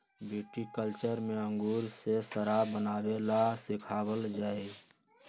viticulture में अंगूर से शराब बनावे ला सिखावल जाहई